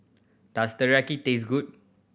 does Teriyaki taste good